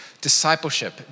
Discipleship